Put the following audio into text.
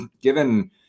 given